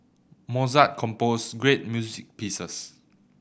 Mozart composed great music pieces